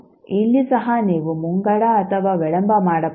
ಆದ್ದರಿಂದ ಇಲ್ಲಿ ಸಹ ನೀವು ಮುಂಗಡ ಅಥವಾ ವಿಳಂಬ ಮಾಡಬಹುದು